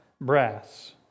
brass